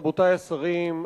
רבותי השרים,